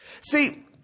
See